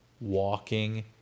walking